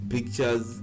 pictures